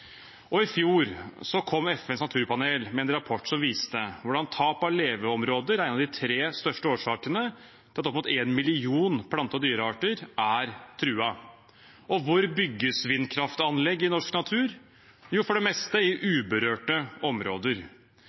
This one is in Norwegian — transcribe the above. I fjor kom FNs naturpanel med en rapport som viser hvordan tap av leveområder er en av de tre største årsakene til at opp mot én million plante- og dyrearter er truet. Hvor bygges vindkraftanlegg i norsk natur? Jo, for det meste i uberørte områder.